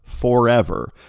forever